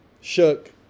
shook